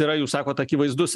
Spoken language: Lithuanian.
yra jūs sakot akivaizdus